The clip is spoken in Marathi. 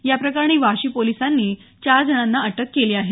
याप्रकरणी वाशी पोलिसांनी चार जणांना अटक केली आहे